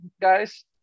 guys